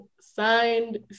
signed